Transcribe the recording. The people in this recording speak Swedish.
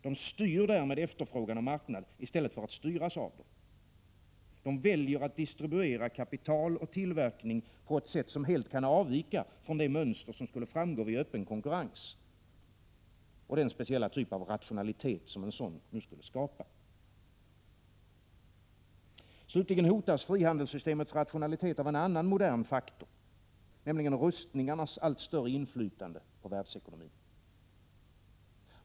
De styr därmed efterfrågan och marknad i stället för att styras av dem. De väljer att distribuera kapital och tillverkning på ett sätt som helt kan avvika från det mönster som skulle framgå vid öppen konkurrens och den speciella typ av rationalitet som en sådan nu skulle skapa. Slutligen hotas frihandelssystemets rationalitet av en annan modern faktor, nämligen rustningarnas allt större inflytande på världsekonomin.